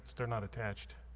they're not attached